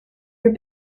your